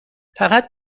فقط